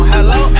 Hello